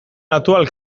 natural